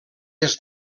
est